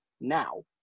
Now